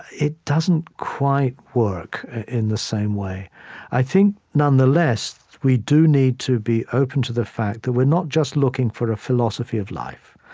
it doesn't quite work in the same way i think, nonetheless, we do need to be open to the fact that we're not just looking for a philosophy of life.